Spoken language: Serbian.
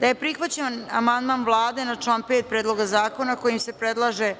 da je prihvaćen amandman Vlade na član 5. Predloga zakona kojim se predlaže